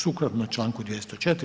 Sukladno članku 204.